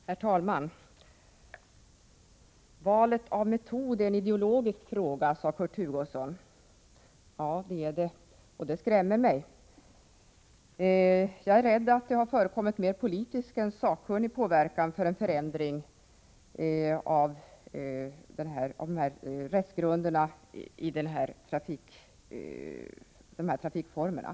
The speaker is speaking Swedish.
Herr talman! Valet av metod är en ideologisk fråga, sade Kurt Hugosson. Ja, det är det, och det skrämmer mig. Jag är rädd att det har förekommit mer politisk än sakkunnig påverkan för en förändring av rättsgrunderna beträffande de här trafikformerna.